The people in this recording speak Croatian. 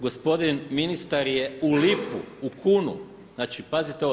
Gospodin ministar je u lipu, u kunu, znači pazite ovo!